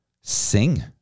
Sing